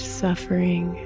suffering